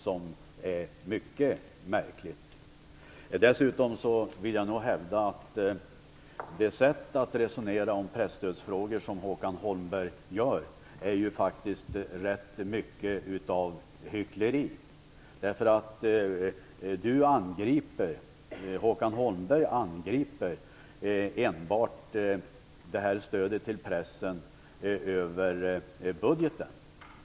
Det är mycket märkligt. Dessutom vill jag nog hävda att det sätt som Håkan Holmberg resonerar på om presstödsfrågor är rätt mycket av hyckleri. Han angriper enbart stödet till pressen över budgeten.